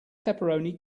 pepperoni